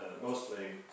mostly